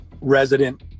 resident